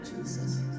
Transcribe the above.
Jesus